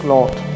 Lord